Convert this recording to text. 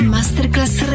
Masterclass